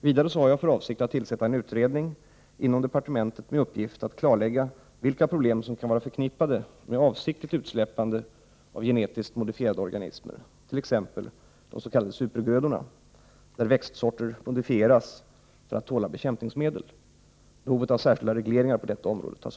Vidare har jag för avsikt att tillsätta en utredning inom departementet med uppgift att klarlägga vilka problem som kan vara förknippade med avsiktligt utsläppande av genetiskt modifierade organismer, t.ex. de s.k. supergrödorna, där växtsorter modifieras för att tåla bekämpningsmedel. Behovet av särskilda regleringar på detta område tas